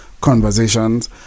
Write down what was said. conversations